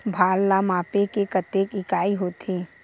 भार ला मापे के कतेक इकाई होथे?